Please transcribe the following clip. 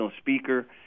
speaker